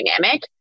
dynamic